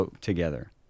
together